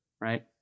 Right